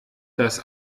das